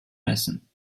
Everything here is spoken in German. messen